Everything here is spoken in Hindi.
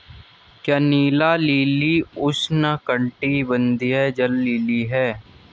क्या नीला लिली उष्णकटिबंधीय जल लिली है?